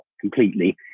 completely